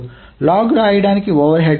log రాయడానికి overhead లేదు